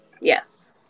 Yes